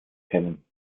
kennen